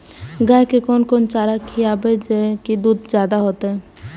गाय के कोन कोन चारा खिलाबे जा की दूध जादे होते?